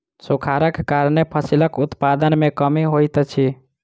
सूखाड़क कारणेँ फसिलक उत्पादन में कमी होइत अछि